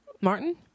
Martin